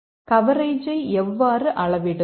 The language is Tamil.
ஆனால் கவரேஜை எவ்வாறு அளவிடுவது